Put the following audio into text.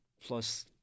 Plus